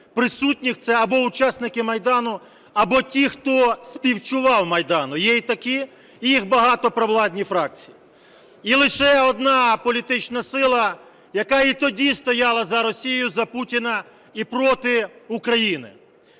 присутніх – це або учасники Майдану, або ті, хто співчував Майдану. Є й такі, і їх багато в провладній фракції. І лише одна політична сила, яка і тоді стояла за Росію, за Путіна і проти України.